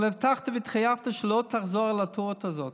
אבל הבטחת והתחייבת שלא תחזור על הטעות הזאת,